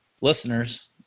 listeners